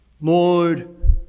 Lord